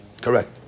Correct